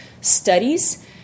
studies